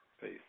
Peace